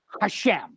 Hashem